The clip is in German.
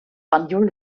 banjul